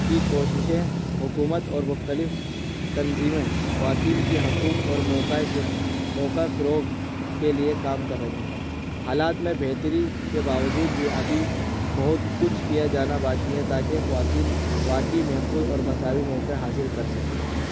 کی کوششیں حکومت اور مختلف تنظیمیں خواتین کی حقوق اور موقع کے موقعۂ فروغ کے لیے کام کر رہی ہیں حالات میں بہتری کے باوجود بھی ابھی بہت کچھ کیا جانا باقی ہے تاکہ خواتین واقعی محفوظ اور مساوی موقع حاصل کر سکیں